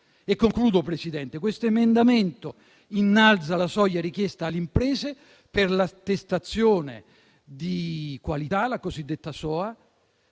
In conclusione, questo emendamento innalza la soglia richiesta alle imprese per l'attestazione di qualità, la cosiddetta